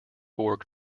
borg